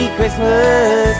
Christmas